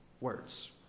words